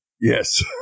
Yes